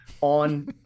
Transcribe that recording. on